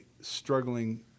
struggling